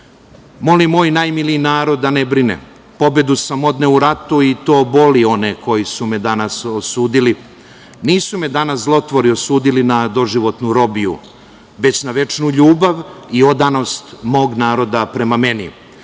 „Molim moj najmili narod da ne brine, pobedu sam odneo u ratu koji to boli one koji su me danas osudili. Nisu me danas zlotvori osudili na doživotnu robiju, već na večnu ljubav i odanost mog naroda prema meni.